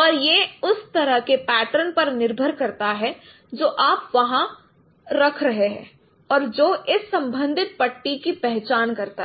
और यह उस तरह के पैटर्न पर निर्भर करता है जो आप वहां रख रहे हैं और जो इस संबंधित पट्टी की पहचान करता है